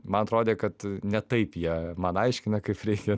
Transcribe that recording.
man atrodė kad ne taip jie man aiškina kaip reikia